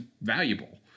valuable